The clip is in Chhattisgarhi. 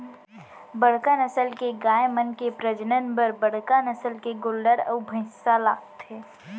बड़का नसल के गाय मन के प्रजनन बर बड़का नसल के गोल्लर अउ भईंसा लागथे